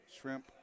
shrimp